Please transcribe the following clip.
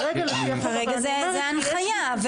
כרגע זו ההנחיה.